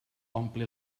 ompli